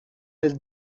his